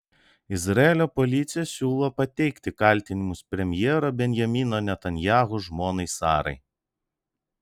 izraelio policija siūlo pateikti kaltinimus premjero benjamino netanyahu žmonai sarai